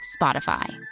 Spotify